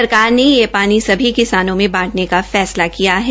सरकार ने यह पानी किसानों में बांटने का फैसला किया है